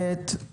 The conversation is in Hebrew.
כמו כן,